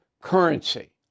currency